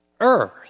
earth